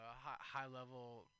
high-level